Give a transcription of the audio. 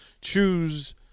Choose